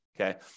okay